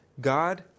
God